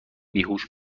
بیهوش